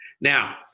Now